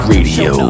Radio